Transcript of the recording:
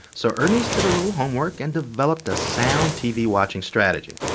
so ernise did a little homework and developed a sound tv watching strategy,